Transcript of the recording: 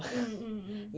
mm mm mm